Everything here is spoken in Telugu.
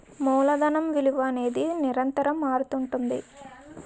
మూలధనం విలువ అనేది నిరంతరం మారుతుంటుంది